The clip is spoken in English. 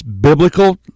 biblical